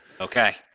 Okay